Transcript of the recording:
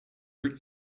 root